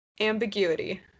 Ambiguity